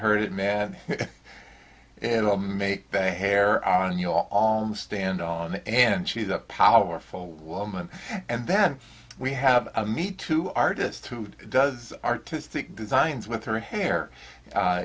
heard it man it will make the hair on you on the stand on and she's the powerful woman and then we have a meet to artist who does artistic designs with her hair